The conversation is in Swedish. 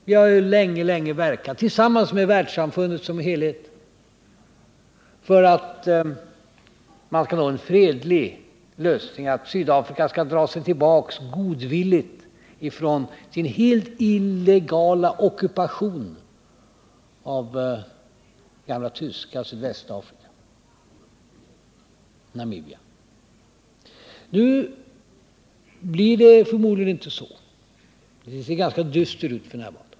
Vi har tillsammans med världssamfundet som helhet länge verkat för att man skall nå en fredlig lösning i Namibia, för att Sydafrika skall dra sig tillbaka godvilligt från sin helt illegala ockupation av det gamla tyska Sydvästafrika, dvs. Namibia. Nu blir det förmodligen inte så, utan det ser ganska dystert ut f. n.